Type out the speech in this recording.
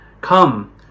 Come